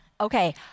Okay